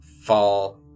fall